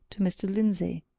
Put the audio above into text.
to mr. lindsey.